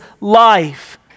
life